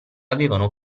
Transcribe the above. avevano